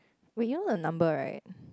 but you know the number right